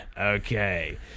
Okay